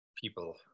people